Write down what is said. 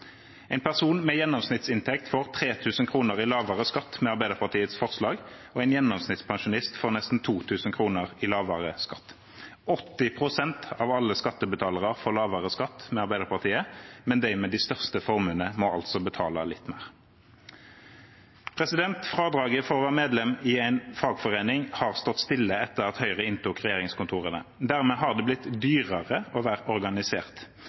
En person med gjennomsnittsinntekt får 3 000 kr i lavere skatt med Arbeiderpartiets forslag, og en gjennomsnittspensjonist får nesten 2 000 kr i lavere skatt. 80 pst. av alle skattebetalere får lavere skatt med Arbeiderpartiet, men de med de største formuene må altså betale litt mer. Fradraget for å være medlem i en fagforening har stått stille etter at Høyre inntok regjeringskontorene. Dermed har det blitt dyrere å være organisert.